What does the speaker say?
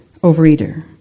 overeater